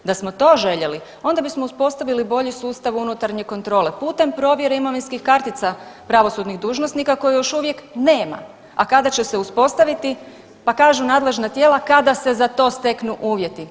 Da smo to željeli onda bismo uspostavili bolji sustav unutarnje kontrole putem provjere imovinskih kartica pravosudnih dužnosnika koji još uvijek nema, a kada će se uspostaviti, pa kažu nadležna tijela kada se za to steknu uvjeti.